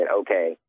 okay